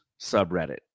subreddit